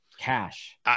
cash